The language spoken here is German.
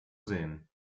sehen